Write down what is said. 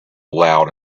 loud